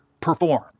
perform